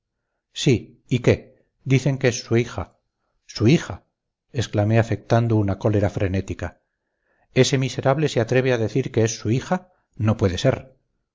sí y qué dicen que es su hija su hija exclamé afectando una cólera frenética ese miserable se atreve a decir que es su hija no puede ser